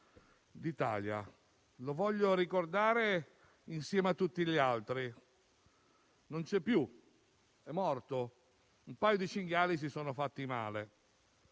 d'Italia. Desidero ricordarlo insieme a tutti gli altri. Non c'è più, è morto. Un paio di cinghiali si sono fatti male.